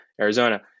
Arizona